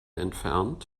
entfernt